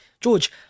George